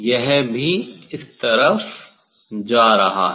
यह भी इस तरफ जा रहा है